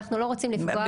אנחנו לא רוצים לפגוע בו.